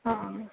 ਹਾਂ